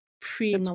pre